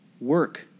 Work